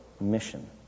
mission